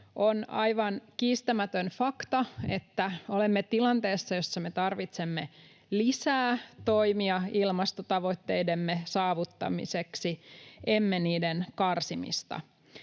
On aivan kiistämätön fakta, että olemme tilanteessa, jossa me tarvitsemme lisää toimia ilmastotavoitteidemme saavuttamiseksi, emme niiden karsimista.